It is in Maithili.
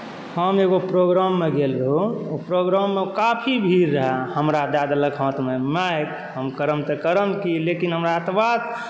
हम एगो प्रोग्राम मे गेल रहौ ओ प्रोग्राम मे काफी भीड़ रहय हमरा दय देलक हाथमे माइक हम करब तऽ करब की लेकिन हमरा एतबा